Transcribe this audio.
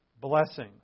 blessing